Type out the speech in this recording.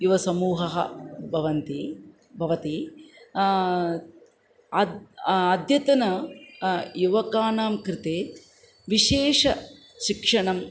युवसमूहः भवन्ति भवति अद् अद्यतन युवकानां कृते विशेषं शिक्षणम्